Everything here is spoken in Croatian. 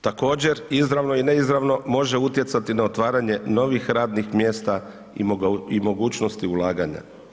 Također, izravno i neizravno može utjecati na otvaranje novih radnih mjesta i mogućnosti ulaganja.